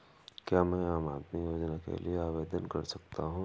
क्या मैं आम आदमी योजना के लिए आवेदन कर सकता हूँ?